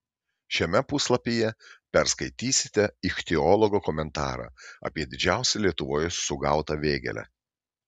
šiame puslapyje perskaitysite ichtiologo komentarą apie didžiausią lietuvoje sugautą vėgėlę